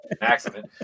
accident